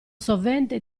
sovente